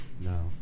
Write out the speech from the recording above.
No